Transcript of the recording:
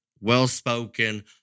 well-spoken